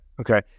okay